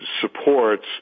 supports